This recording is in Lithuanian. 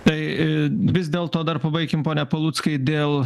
tai vis dėl to dar pabaikim pone paluckai dėl